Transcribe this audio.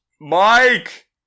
Mike